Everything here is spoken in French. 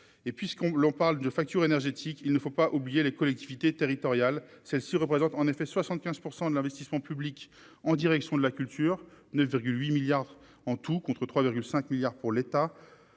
ce qu'on l'on parle de facture énergétique, il ne faut pas oublier les collectivités territoriales, celles-ci représentent en effet 75 % de l'investissement public en direction de la culture 9 8 milliards en tout, contre 3,5 milliards pour l'État,